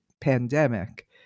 pandemic